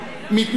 מתנגדים,